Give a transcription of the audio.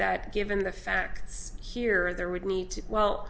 that given the facts here there would need to well